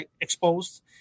exposed